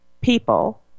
people